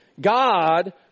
God